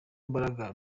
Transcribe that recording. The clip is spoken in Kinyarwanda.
mbaraga